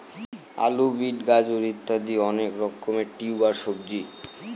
আলু, বিট, গাজর ইত্যাদি হয় অনেক রকমের টিউবার সবজি